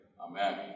Amen